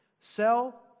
Sell